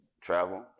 travel